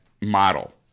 model